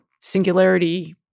singularity